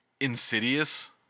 Insidious